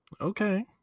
Okay